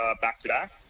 back-to-back